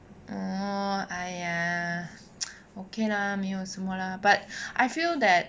orh !aiya! okay 啦没有什么 lah but I feel that